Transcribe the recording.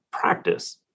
practice